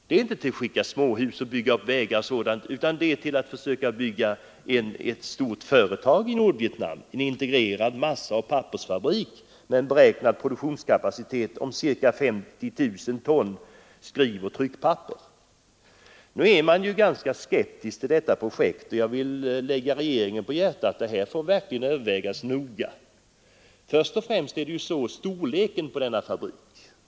Det är inte fråga om att skicka småhus, bygga vägar och sådant utan att försöka bygga ett stort företag i Nordvietnam, en integrerad massaoch pappersfabrik med en beräknad produktionskapacitet på ca 50 000 ton skrivoch tryckpapper. Nu är man ganska skeptisk till detta projekt, och jag vill lägga regeringen på hjärtat att överväga det noga. Först och främst gäller det storleken på denna fabrik.